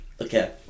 Okay